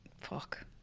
Fuck